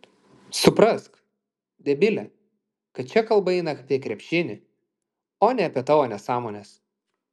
suprask debile kad čia kalba eina apie krepšinį o ne apie tavo nesąmones